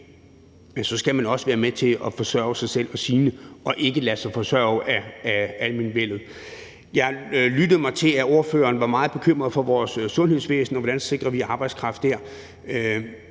så skal man også være med til at forsørge sig selv og sine og ikke lade sig forsørge af midler til almenvellet. Jeg lyttede mig til, at ordføreren var meget bekymret for vores sundhedsvæsen, og hvordan vi sikrer arbejdskraft der.